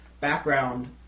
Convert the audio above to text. background